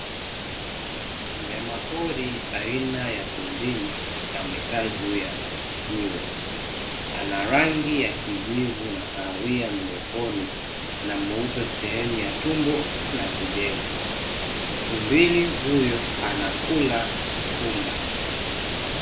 Mnyamapori aina ya tumbili amekaa juu ya jiwe ana rangi ya kijivu na kahawia mgongoni na mweupe sehemu ya tumbo na kidevu, tumbili huyo anakula tunda.